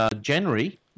January